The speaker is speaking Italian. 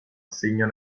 segno